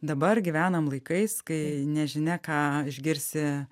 dabar gyvenam laikais kai nežinia ką išgirsi